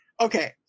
Okay